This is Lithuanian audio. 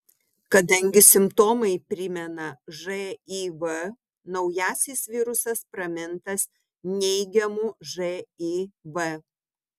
kadangi simptomai primena živ naujasis virusas pramintas neigiamu živ